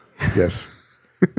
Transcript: yes